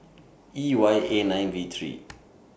E Y eight nine V three